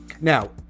Now